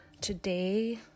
today